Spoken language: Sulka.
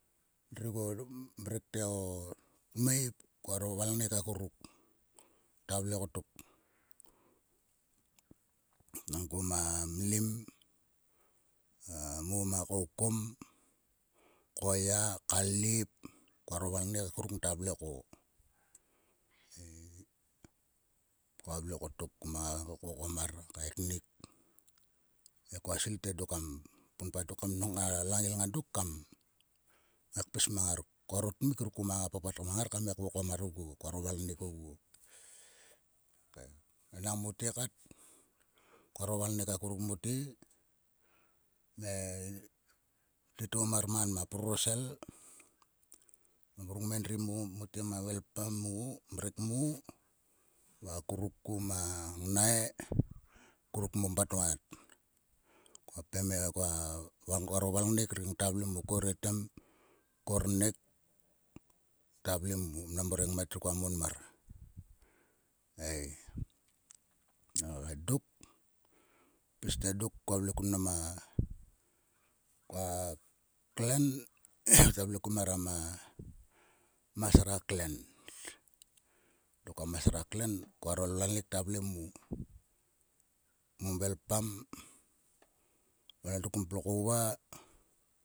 Endri guo mrek te o tmoip koaro valngnek akuruk. Ta vle kotok. enang kua ma mlim. a mo ma kaukon hoya. kalip. koaro valngnek akuruk ngata vle ko. Koa vle kotok. kom ngai kvokom mar kaeknik. He koa svil te dok kam punpa ka langail nga dok kam ngai kpis mang ngar. Koaro tmik ruk koma papat mang ngar kam ngai kvokom mar oguo. Koaro valngnek oguo okei. Enang mote kat. koaro valngnek akuruk mote. E titou mar man ma plorosel. grung mo ma endi mo ma velpam mo va akuruk ku ma ngnai. akuruk mo mvavat. Koaro valngnek ri ngata vle mo. kor etem. kornek ngata vle mo. mo rengmatri koa mon mar. Ei nang dok. pis te dok koa vle kun mnam a. koa klen ta vle ku meram a masra klen. Dok a masra klen koaro valngnek ngta vle mo. Mo mvelpam. va endriku plakouva.